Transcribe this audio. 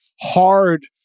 hard